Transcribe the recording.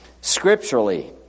scripturally